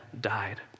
died